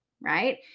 right